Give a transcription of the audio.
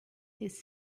his